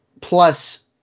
plus